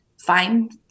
find